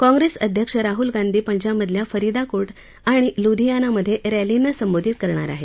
काँप्रेस अध्यक्ष राहुल गांधी पंजाबमधल्या फरीदाकोट आणि लुधीयानामधे रॅलींना संबोधित करणार आहेत